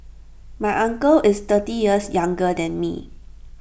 my uncle is thirty years younger than me